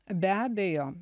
be abejo